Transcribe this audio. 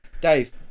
Dave